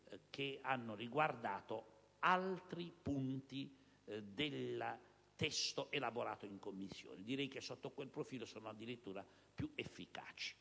che hanno riguardato altri punti del testo elaborato in Commissione, e sotto questo profilo sono in effetti più efficaci.